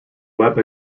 web